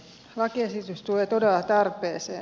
lakiesitys tulee todella tarpeeseen